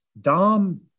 Dom